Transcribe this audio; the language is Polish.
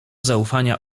zaufania